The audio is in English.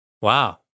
wow